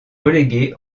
relégués